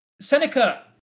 Seneca